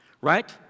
Right